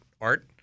art